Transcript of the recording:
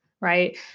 right